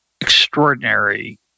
extraordinary